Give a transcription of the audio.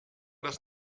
das